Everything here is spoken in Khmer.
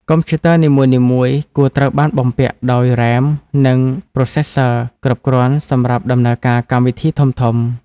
កុំព្យូទ័រនីមួយៗគួរត្រូវបានបំពាក់ដោយ RAM និង Processor គ្រប់គ្រាន់សម្រាប់ដំណើរការកម្មវិធីធំៗ។